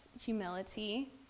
humility